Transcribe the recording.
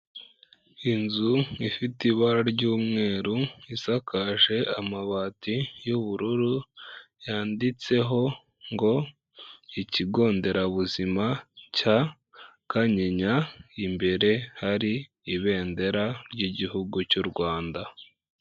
Inzu ifite ibara ry'umweru isakaje amabati y'ubururu, yanditseho ngo ikigo nderabuzima cya Kanyinya imbere hari ibendera ry'igihugu cy'u Rwanda.